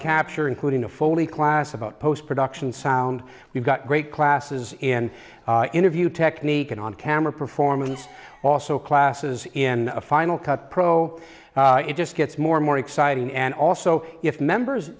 capture including a fully class about post production sound we've got great classes in interview technique and on camera performance also classes in final cut pro it just gets more and more exciting and also if members